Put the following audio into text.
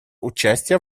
участия